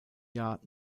jahr